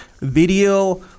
Video